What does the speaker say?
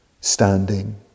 standing